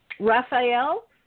Raphael